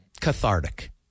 cathartic